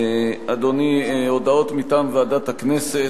אדוני, הודעות מטעם ועדת הכנסת.